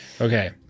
Okay